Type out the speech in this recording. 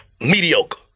Mediocre